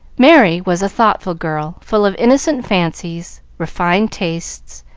merry was a thoughtful girl, full of innocent fancies, refined tastes,